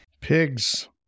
Pigs